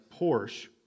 Porsche